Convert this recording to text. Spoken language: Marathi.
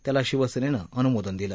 त्याला शिवसेनेनं अनुमोदन दिलं